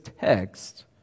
text